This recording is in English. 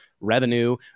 revenue